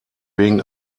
wegen